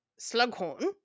Slughorn